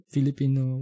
Filipino